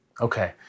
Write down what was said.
Okay